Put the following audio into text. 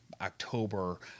October